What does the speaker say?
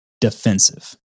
defensive